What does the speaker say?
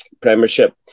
premiership